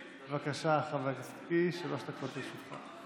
בבקשה, חבר הכנסת קיש, שלוש דקות לרשותך.